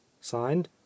Signed